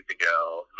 ago